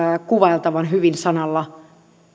kuvailtavan hyvin sanalla